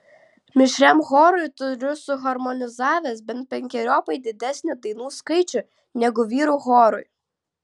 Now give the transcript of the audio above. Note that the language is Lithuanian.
mišriam chorui turiu suharmonizavęs bent penkeriopai didesnį dainų skaičių negu vyrų chorui